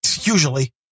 Usually